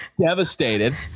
devastated